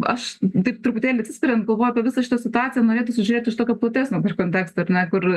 aš taip truputėlį atsispiriant galvojau apie visą šitą situaciją norėtųsi žiūrėti iš tokio platesnio konteksto ar ne kur